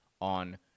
on